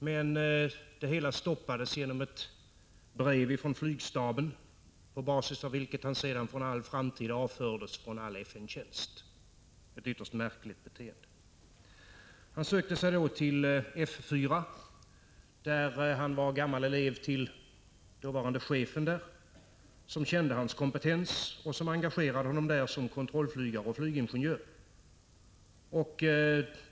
Men det hela stoppades efter ett brev från flygstaben på basis av vilket han sedan för all framtid avfördes från all FN-tjänst — ett ytterst märkligt beteende. Lennart Richholtz sökte sig då till F 4 där han var gammal elev till den dåvarande chefen, som kände hans kompetens och som engagerade honom som kontrollflygare och flygingenjör.